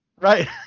Right